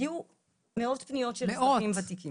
הגיעו מאות פניות של אזרחים ותיקים.